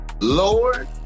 Lord